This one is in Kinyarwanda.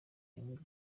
yanga